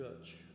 touch